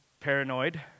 paranoid